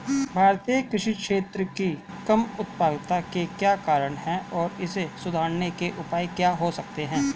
भारतीय कृषि क्षेत्र की कम उत्पादकता के क्या कारण हैं और इसे सुधारने के उपाय क्या हो सकते हैं?